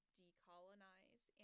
decolonize